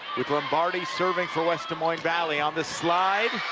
with lombardi serving for west des moines valley on this slide.